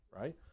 right